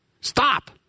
Stop